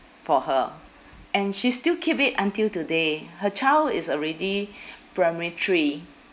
for her and she still keep it until today her child is already primary three